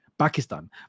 Pakistan